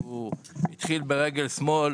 הוא התחיל ברגל שמאל,